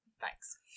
thanks